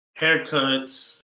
haircuts